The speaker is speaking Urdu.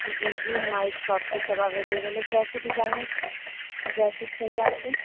جی جی ہماری شاپ پہ سب اویلیبل ہے کیسی ڈیزائنش ڈریسز چاہیے آپ کو